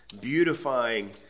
beautifying